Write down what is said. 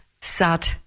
sad